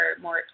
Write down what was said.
more